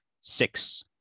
Six